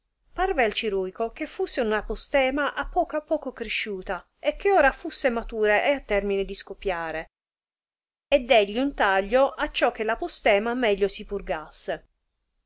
parve al ciruico che fusse una postema a poco a poco crisciuta e che ora fusse matura e a termine di scopiare e degli un taglio acciò che la postema meglio si